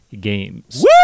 Games